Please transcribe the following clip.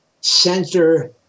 center